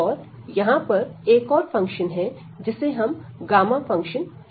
और यहां पर एक और फंक्शन है जिसे हम गामा फंक्शन कहते हैं